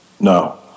No